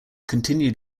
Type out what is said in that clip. continued